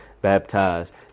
baptized